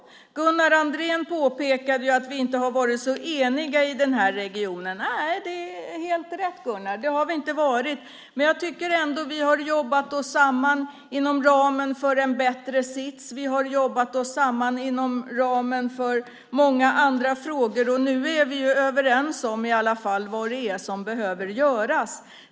Gunnar Andrén påpekade att vi inte har varit så eniga i den här regionen. Nej, det är helt rätt, Gunnar. Vi har inte varit det. Men jag tycker ändå att vi har jobbat oss samman inom ramen för en bättre sits. Vi har jobbat oss samman inom ramen för många andra frågor. Nu är vi överens om vad som behöver göras.